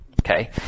Okay